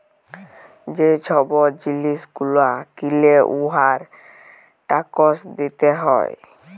যে ছব জিলিস গুলা কিলে উয়ার ট্যাকস দিতে হ্যয়